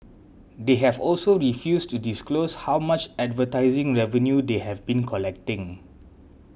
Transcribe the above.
they have also refused to disclose how much advertising revenue they have been collecting